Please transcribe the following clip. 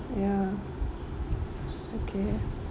ya okay